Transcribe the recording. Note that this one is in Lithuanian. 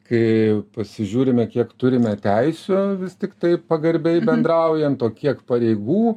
kai pasižiūrime kiek turime teisių vis tiktai pagarbiai bendraujant o kiek pareigų